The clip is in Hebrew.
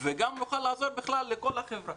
וגם נוכל לעזור לכל החברה.